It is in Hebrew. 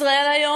"ישראל היום"?